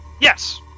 Yes